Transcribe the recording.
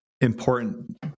important